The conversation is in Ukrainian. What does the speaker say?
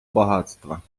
багатства